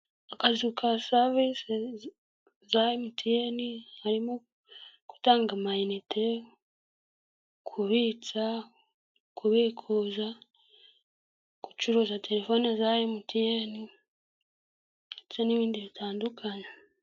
Akazu ka sarivisi za MTN kamo gutanga amayinite, kubitsa, kubikuza, gucuruza telefone za MTN ndetse n'ibindi bitandukanye.